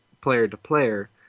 player-to-player